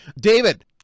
David